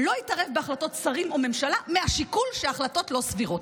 לא יתערב בהחלטות שרים או ממשלה מהשיקול שההחלטות לא סבירות.